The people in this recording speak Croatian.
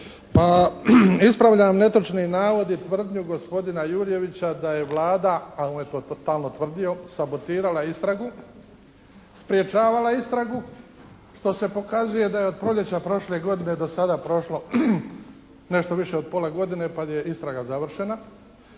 Pa ispravljam netočni navod i tvrdnju gospodina Jurjevića da je Vlada, a on je totalno tvrdio, sabotirala istragu, sprječavala istragu što se pokazuje da je od proljeća prošle godine do sada prošlo nešto više od pola godine pa da je istraga završena,